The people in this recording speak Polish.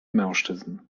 mężczyzn